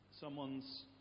someone's